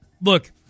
look –